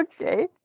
okay